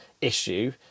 issue